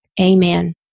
Amen